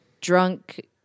drunk